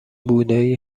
بودایی